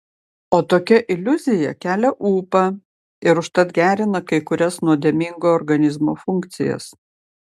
o tokia iliuzija kelia ūpą ir užtat gerina kai kurias nuodėmingo organizmo funkcijas